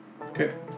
Okay